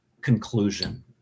conclusion